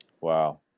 Wow